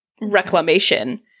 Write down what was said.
reclamation